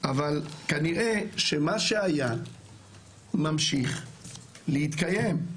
אבל כנראה שמה שהיה ממשיך להתקיים.